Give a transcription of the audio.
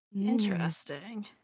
Interesting